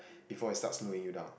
before it starts slowing you down